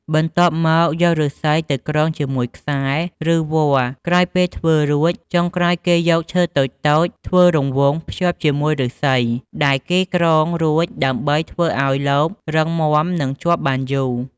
បន្ទាប់មកយកឬស្សីទៅក្រងជាមួយខ្សែ ឬវល្លិ៍ក្រោយពេលធ្វើរួចចុងក្រោយគេយកឈើតូចៗ ធ្វើរង្វង់ភ្ជាប់ជាមួយឫស្សីដែលគេក្រងរួចដើម្បីធ្វើឲ្យលបរឹងមាំនិងជាប់បានយូរ។